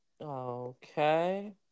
Okay